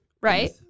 Right